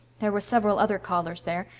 there were several other callers there,